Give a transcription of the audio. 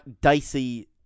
dicey